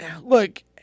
look